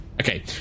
Okay